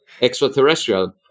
extraterrestrial